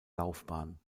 laufbahn